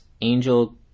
angel